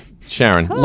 Sharon